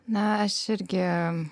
na aš irgi